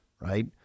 right